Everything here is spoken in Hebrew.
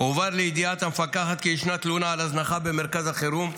הובא לידיעת המפקחת כי ישנה תלונה על הזנחה במרכז החירום.